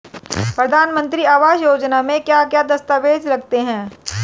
प्रधानमंत्री आवास योजना में क्या क्या दस्तावेज लगते हैं?